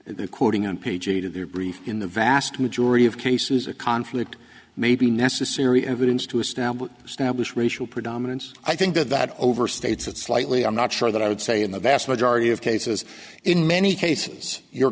they're quoting on page eight of their brief in the vast majority of cases a conflict may be necessary evidence to establish established racial predominance i think that that overstates it slightly i'm not sure that i would say in the vast majority of cases in many cases you're